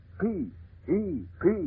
P-E-P